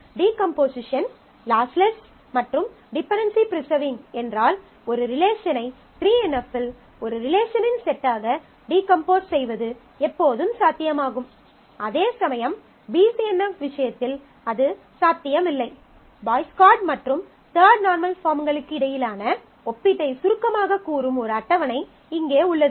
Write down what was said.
decomposition lossless மற்றும் dependency preserving என்றால் ஒரு ரிலேஷனை 3 NF இல் ஒரு ரிலேஷனின் செட்டாக டீகம்போஸ் செய்வது எப்போதும் சாத்தியமாகும் அதேசமயம் BCNF விஷயத்தில் அது சாத்தியமில்லை பாய்ஸ் கோட் மற்றும் தர்ட் நார்மல் பாஃர்ம்களுக்கிடையிலான ஒப்பீட்டை சுருக்கமாகக் கூறும் ஒரு அட்டவணை இங்கே உள்ளது